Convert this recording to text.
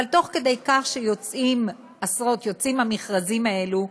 אבל תוך כדי כך שיוצאים המכרזים האלה,